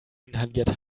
inhaliert